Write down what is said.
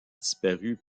disparu